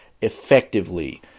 effectively